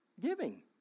giving